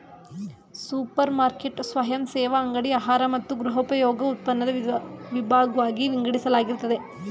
super market ಸ್ವಯಂಸೇವಾ ಅಂಗಡಿ ಆಹಾರ ಮತ್ತು ಗೃಹೋಪಯೋಗಿ ಉತ್ಪನ್ನನ ವಿಭಾಗ್ವಾಗಿ ವಿಂಗಡಿಸಲಾಗಿರ್ತದೆ